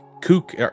Kook